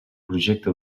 projecte